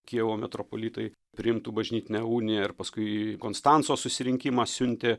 kijevo metropolitai priimtų bažnytinę uniją ir paskui į konstanco susirinkimą siuntė